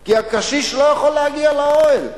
כי הקשיש לא יכול להגיע לאוהל,